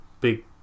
big